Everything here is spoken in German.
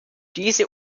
diese